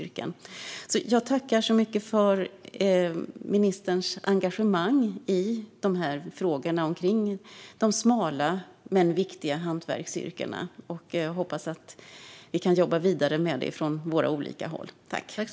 Jag tackar för ministerns engagemang i frågorna om de smala men viktiga hantverksyrkena och hoppas att vi kan jobba vidare med detta från våra olika håll.